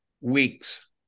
week's